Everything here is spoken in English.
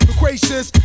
gracious